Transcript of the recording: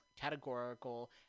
categorical